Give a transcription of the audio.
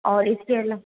और इसके अलग